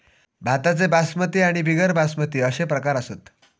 भाताचे बासमती आणि बिगर बासमती अशे प्रकार असत